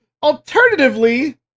Alternatively